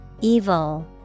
Evil